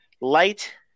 light